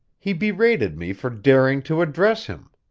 he berated me for daring to address him.